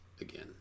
again